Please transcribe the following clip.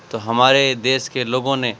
تو ہمارے دیش کے لوگوں نے